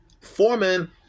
Foreman